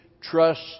trust